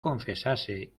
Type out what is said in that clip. confesase